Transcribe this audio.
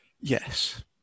yes